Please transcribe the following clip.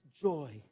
joy